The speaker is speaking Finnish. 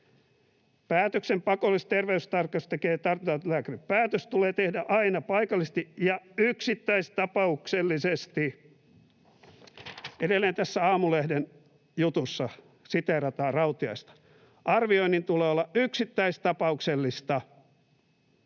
”Päätöksen pakollisesta terveystarkastuksesta tekee tartuntatautilääkäri. Päätös tulee tehdä aina paikallisesti ja yksittäistapauksellisesti.” Edelleen tässä Aamulehden jutussa siteerataan Rautiaista: ”Arvioinnin tulee olla yksittäistapauksellista.”